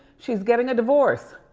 she's getting a divorce.